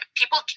people